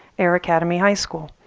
air academy high school.